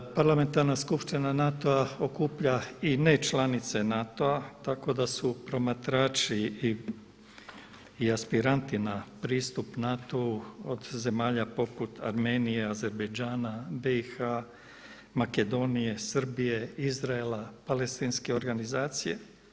Parlamentarna skupština NATO-a okuplja i nečlanice NATO-a tako da su promatrači i aspiranti na pristup NATO-u od zemalja poput Armenije, Azerbajdžana, BIH, Makedonije, Srbije, Izraela, palestinske organizacije.